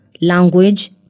language